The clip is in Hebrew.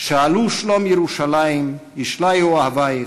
"שאלו שלום ירושלם ישליו אֹהביך,